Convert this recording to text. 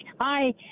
Hi